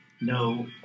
No